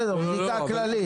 בסדר, בדיקה כללית.